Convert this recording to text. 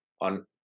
on